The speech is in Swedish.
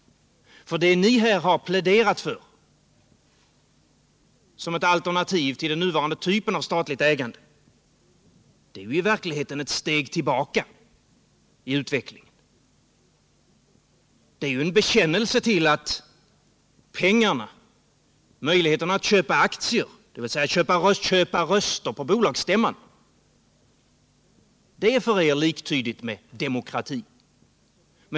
Det ni här har pläderat för som ett alternativ till den nuvarande typen av statligt ägande är ju i verkligheten ett steg tillbaka i utvecklingen. Det är en bekännelse till att pengarna, möjligheten att köpa aktier, dvs. att köpa röster på bolagsstämman, är för er liktydigt med demokrati.